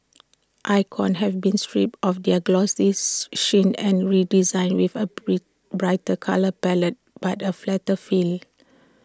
icons have been stripped of their glossy sheen and redesigned with A brighter colour palette but A flatter feel